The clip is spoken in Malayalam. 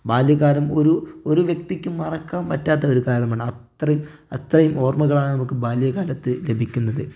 ബാല്യകാലം ഒരു ഒരു വ്യക്തിക്ക് മറക്കാൻ പറ്റാത്ത ഒരു കാലമാണ് അത്രയും അത്രയും ഓർമ്മകളാണ് നമുക്ക് ബാല്യകാലത്തിൽ ലഭിക്കുന്നത്